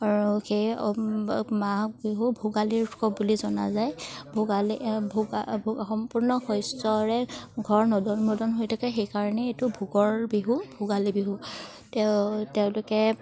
আৰু সেই মাঘ বিহু ভোগালীৰ উৎসৱ বুলি জনা যায় ভোগালী ভোগা সম্পূৰ্ণ শস্যৰে ঘৰ নদন মোদন হৈ থাকে সেইকাৰণেই এইটো ভোগৰ বিহু ভোগালী বিহু তেওঁ তেওঁলোকে